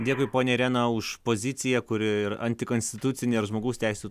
dėkui ponia irena už poziciją kuri ir antikonstitucine ir žmogaus teisių